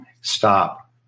stop